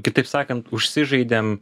kitaip sakant užsižaidėm